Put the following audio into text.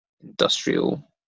industrial